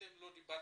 אתם לא דיברתם?